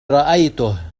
رأيته